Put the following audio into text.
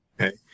Okay